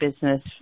business